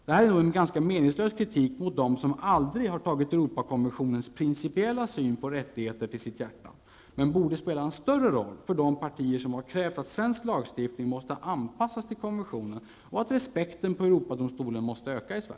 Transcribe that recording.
Detta är en meningslös kritik mot dem som aldrig har tagit Europakonventionens principiella syn på rättigheter till sitt hjärta, men det borde spela en större roll för de partier som har krävt att svensk lagstiftning måste anpassas till konventionen, och att respekten i Sverige för Europadomstolen måste öka.